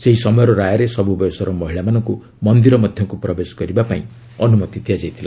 ସେହି ସମୟର ରାୟରେ ସବୃ ବୟସ ମହିଳାମାନଙ୍କୁ ମନ୍ଦିର ମଧ୍ୟକୁ ପ୍ରବେଶ କରିବାପାଇଁ ଅନୁମତି ଦିଆଯାଇଥିଲା